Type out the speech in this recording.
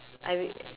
I w~